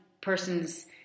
person's